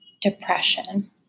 depression